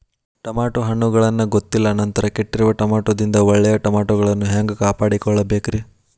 Tomato ಹಣ್ಣುಗಳನ್ನ ಗೊತ್ತಿಲ್ಲ ನಂತರ ಕೆಟ್ಟಿರುವ ಟಮಾಟೊದಿಂದ ಒಳ್ಳೆಯ ಟಮಾಟೊಗಳನ್ನು ಹ್ಯಾಂಗ ಕಾಪಾಡಿಕೊಳ್ಳಬೇಕರೇ?